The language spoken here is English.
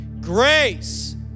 Grace